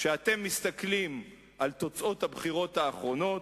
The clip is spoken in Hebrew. כשאתם מסתכלים על תוצאות הבחירות האחרונות,